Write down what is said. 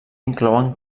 inclouen